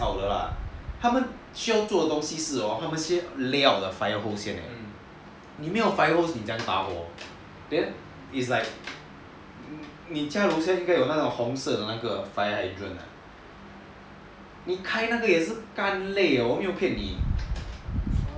他们先要做的东西是 hor lay out the fire hose 先你没有 fire hose 你怎样打火 then it's like 你家楼下应该有那种红色的 fire hydrant 你开那个也是 gan 累 okay okay